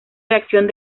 reacción